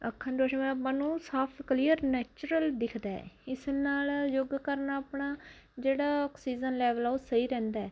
ਅੱਖਾਂ ਦੀ ਰੌਸ਼ਨੀ ਵੱਧਣ ਨਾਲ ਆਪਾਂ ਨੂੰ ਸਾਫ ਕਲੀਅਰ ਨੈਚੁਰਲ ਦਿਖਦਾ ਇਸ ਨਾਲ ਯੋਗਾ ਕਰਨ ਨਾਲ ਆਪਣਾ ਜਿਹੜਾ ਆਕਸੀਜਨ ਲੈਵਲ ਆ ਉਹ ਸਹੀ ਰਹਿੰਦਾ